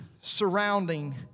surrounding